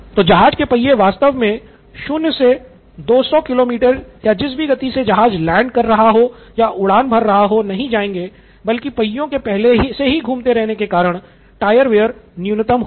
तो जहाज के पहिये वास्तव में शून्य से दो सौ किलोमीटर या जिस भी गति से जहाज लैंड कर रहा हो या उड़ान भर रहा हो नहीं जाएँगे बल्कि पहियों के पहले से ही घूमते रहने के कारण टायर वेयर न्यूनतम होगा